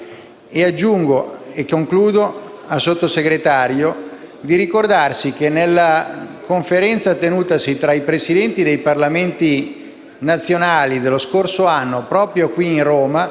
Ricordo infine al sottosegretario Gozi che nella Conferenza tenutasi tra i Presidenti dei Parlamenti nazionali dello scorso anno, proprio qui a Roma,